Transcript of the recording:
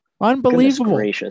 Unbelievable